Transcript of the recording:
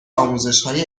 آموزشهای